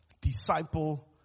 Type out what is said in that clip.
disciple